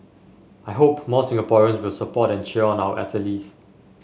I hope more Singaporeans will support and cheer on our athletes